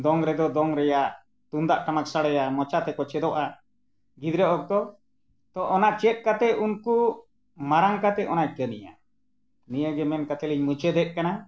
ᱫᱚᱝ ᱨᱮᱫᱚ ᱫᱚᱝ ᱨᱮᱱᱟᱜ ᱛᱩᱢᱫᱟᱜ ᱴᱟᱢᱟᱠ ᱥᱟᱰᱮᱭᱟ ᱢᱚᱪᱟ ᱛᱮᱠᱚ ᱪᱮᱫᱚᱜᱼᱟ ᱜᱤᱫᱽᱨᱟᱹ ᱚᱠᱛᱚ ᱛᱚ ᱚᱱᱟ ᱪᱮᱫ ᱠᱟᱛᱮᱫ ᱩᱱᱠᱩ ᱢᱟᱨᱟᱝ ᱠᱟᱛᱮᱫ ᱚᱱᱟᱭ ᱠᱟᱹᱢᱤᱭᱟ ᱱᱤᱭᱟᱹ ᱜᱮ ᱢᱮᱱ ᱠᱟᱛᱮᱫ ᱞᱤᱧ ᱢᱩᱪᱟᱹᱫᱮᱫ ᱠᱟᱱᱟ